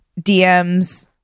dms